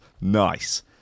nice